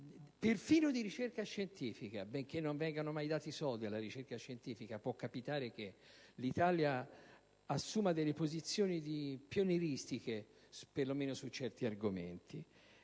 perfino di ricerca scientifica. Benché non vengano mai dati soldi alla ricerca scientifica, può capitare che l'Italia assuma delle posizioni pioneristiche, perlomeno su certi argomenti.